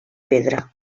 pedra